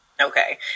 Okay